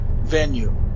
venue